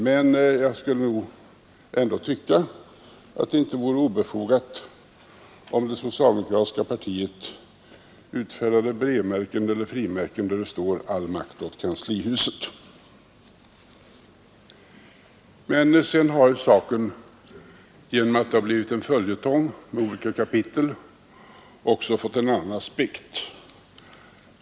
Men jag vill ändå säga att det inte vore obefogat om det socialdemokratiska partiet utfärdade breveller frimärken där det stod: All makt åt kanslihuset. Genom att detta blivit en följetong med olika kapitel har saken sedan också fått en annan aspekt.